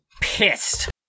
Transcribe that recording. pissed